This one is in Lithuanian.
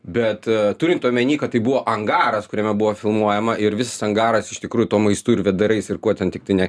bet turint omeny kad tai buvo angaras kuriame buvo filmuojama ir visas angaras iš tikrųjų tuo maistu ir vėdarais ir kuo ten tiktai ne